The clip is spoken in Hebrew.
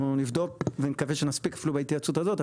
אנחנו נבדוק ונקווה שנספיק אפילו בהתייעצות הזאת,